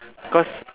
cause